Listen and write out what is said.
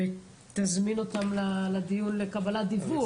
ותזמין אותם לדיון לקבלת דיווח.